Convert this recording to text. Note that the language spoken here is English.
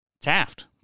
Taft